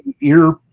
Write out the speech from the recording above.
ear